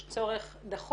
יש כאן איזושהי אמירה.